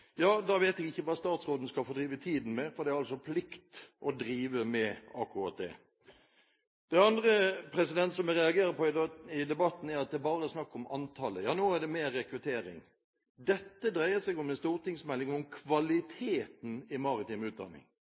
vet jeg ikke hva statsråden skal fordrive tiden med, for det er en plikt å drive med akkurat det. Det andre som jeg reagerer på i debatten, er at det bare er snakk om antallet – ja, nå er det mer rekruttering. Dette dreier seg om en stortingsmelding om kvaliteten i maritim utdanning.